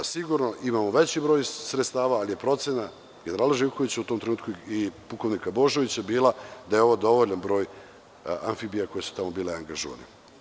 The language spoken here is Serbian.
Sigurno imamo veći broj sredstava, ali je procena generala Živkovića u tom trenutku i pukovnika Božovića bila da je ovo dovoljan broj amfibija koje su tamo bile angažovane.